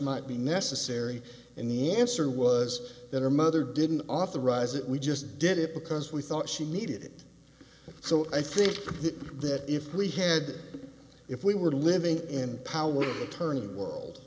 might be necessary and the answer was that her mother didn't authorize it we just did it because we thought she needed so i think that if we had if we were living in power of attorney world